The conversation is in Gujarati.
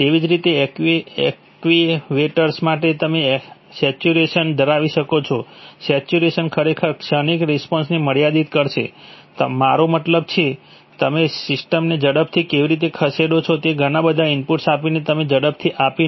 તેવી જ રીતે એક્ટિવેટર્સ માટે તમે સેચ્યુરેશન ધરાવી શકો છો સેચ્યુરેશન ખરેખર ક્ષણિક રિસ્પોન્સને મર્યાદિત કરશે મારો મતલબ છે તમે સિસ્ટમને ઝડપથી કેવી રીતે ખસેડો છો તેને ઘણા બધા ઇનપુટ આપીને અને તેને ઝડપી આપીને